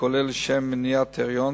כולל לשם מניעת היריון,